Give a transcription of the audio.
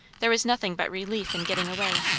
there was nothing but relief in getting away.